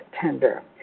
tender